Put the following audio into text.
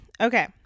Okay